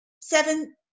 seven